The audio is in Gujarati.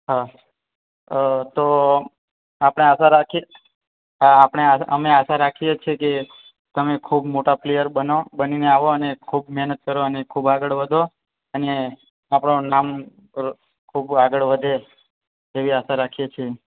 હા તો આપણે આશા રાખીએ આપણે આ અમે આશા રાખીએ જ છીએ કે તમે ખૂબ મોટા પ્લેયર બનો બનીને આવો અને ખૂબ મહેનત કરો અને ખૂબ આગળ વધો અને આપણો નામ ખૂબ આગળ વધે તેવી આશા રાખીએ છીએ